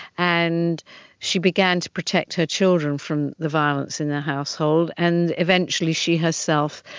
and she began to protect her children from the violence in the household and eventually she herself,